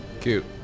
Cute